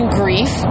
grief